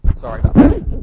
sorry